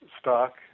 stock